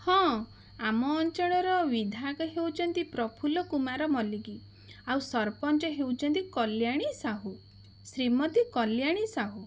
ହଁ ଆମ ଅଞ୍ଚଳର ବିଧାୟକ ହେଉଛନ୍ତି ପ୍ରଫୁଲ୍ଲ କୁମାର ମଲ୍ଲିକ ଆଉ ସରପଞ୍ଚ ହେଉଛନ୍ତି କଲ୍ୟାଣୀ ସାହୁ ଶ୍ରୀମତି କଲ୍ୟାଣୀ ସାହୁ